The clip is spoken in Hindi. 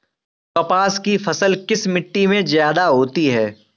कपास की फसल किस मिट्टी में ज्यादा होता है?